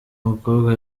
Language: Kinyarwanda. mukobwa